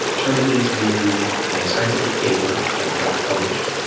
turn it into a scientific paper that got published,